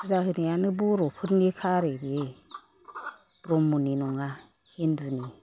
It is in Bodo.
फुजा होनायानो बर'फोरनिखा आरो बेयो ब्रह्मनि नङा हिन्दुनि